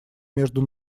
между